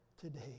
today